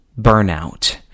burnout